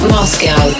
Moscow